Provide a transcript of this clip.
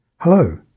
Hello